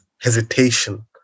hesitation